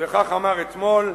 וכך אמר אתמול: